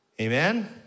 Amen